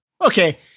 Okay